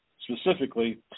specifically